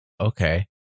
Okay